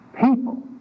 people